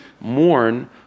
mourn